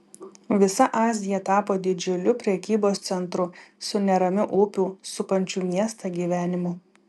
visa azija tapo didžiuliu prekybos centru su neramiu upių supančių miestą gyvenimu